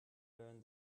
learned